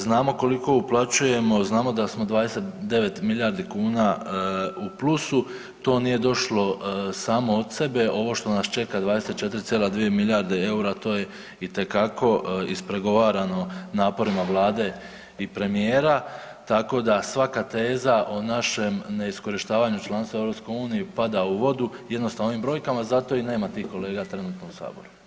Znamo koliko uplaćujemo, znamo da smo 29 milijardi kuna u plusu, to nije došlo samo od sebe, ovo što nas čeka, 24,2 milijarde eura, to je itekako ispregovarano naporima Vlade i premijera, tako da svaka teza o našem neiskorištavanju članstva u EU pada u vodu jednostavno ovim brojkama, zato i nema tih kolega trenutno u Saboru.